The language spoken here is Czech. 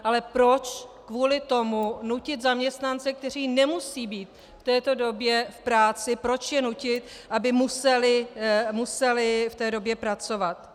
Ale proč kvůli tomu nutit zaměstnance, kteří nemusejí být v této době v práci, proč je nutit, aby museli v té době pracovat?